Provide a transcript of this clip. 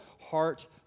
heart